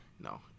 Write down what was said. No